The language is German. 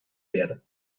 werde